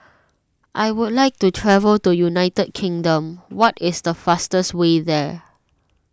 I would like to travel to United Kingdom what is the fastest way there